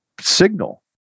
signal